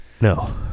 No